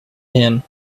him